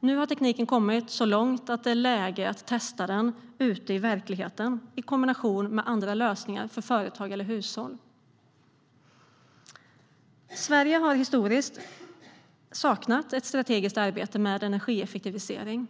Nu har tekniken kommit så långt att det är läge att testa den ute i verkligheten, i kombination med andra lösningar för företag eller hushåll. Sverige har historiskt saknat ett strategiskt arbete med energieffektivisering.